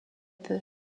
peu